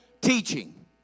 teaching